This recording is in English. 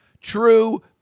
true